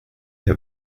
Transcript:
have